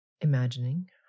imagining